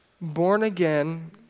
born-again